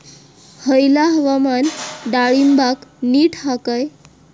हयला हवामान डाळींबाक नीट हा काय?